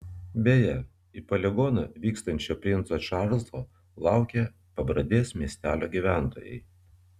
beje į poligoną vykstančio princo čarlzo laukė pabradės miestelio gyventojai